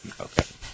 Okay